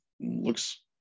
looks